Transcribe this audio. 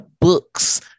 books